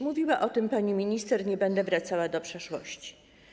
Mówiła o tym pani minister, nie będę wracała do przeszłości.